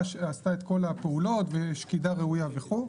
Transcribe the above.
עשתה את כל הפעולות ושקידה ראויה וכו',